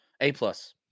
A-plus